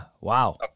Wow